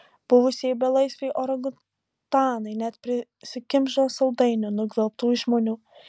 buvusieji belaisviai orangutanai net prisikimšdavo saldainių nugvelbtų iš žmonių